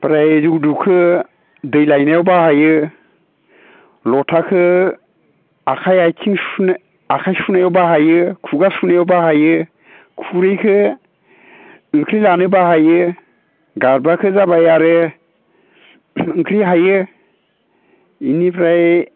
फ्राय जौ दोखौ दै लायनायाव बाहायो लथाखो आखाइ आथिं सुनो आखाइ सुनायाव बाहायो खुगा सुनायाव बाहायो खुरैखो ओंख्रि लानो बाहायो गारबाखो जाबाय आरो ओंख्रि हायो इनिफ्राय